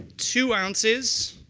two ounces